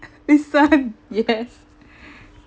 this one yes